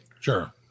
Sure